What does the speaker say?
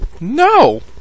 No